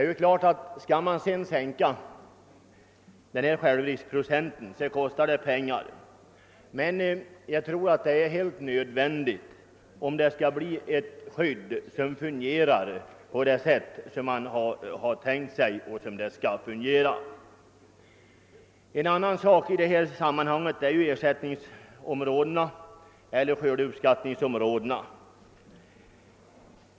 Självfallet kostar det pengar att sänka självriskprocenten, men jag tror att det är helt nödvändigt om vi skall få ett skydd som fungerar på det sätt man har tänkt sig. En annan fråga i detta sammanhang är skördeuppskattningsområdena.